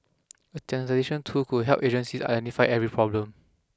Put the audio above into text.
a tool could help agencies identify every problem